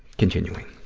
continuing.